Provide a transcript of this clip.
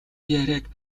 яриаг